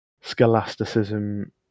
Scholasticism